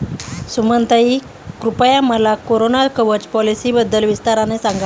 सुमनताई, कृपया मला कोरोना कवच पॉलिसीबद्दल विस्ताराने सांगा